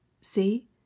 See